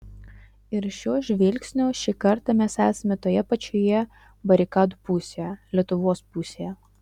ir šiuo žvilgsniu šį kartą mes esame toje pačioje barikadų pusėje lietuvos pusėje